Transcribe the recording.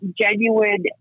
genuine